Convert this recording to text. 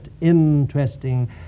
interesting